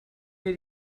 mir